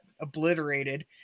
obliterated